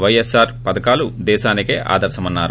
వైఎస్సార్ పధకాలు దేశానికే ఆదర్భమన్నారు